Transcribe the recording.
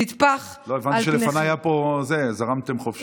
המציאות תטפח, הבנתי שלפניי זרמתם חופשי.